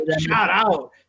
Shout-out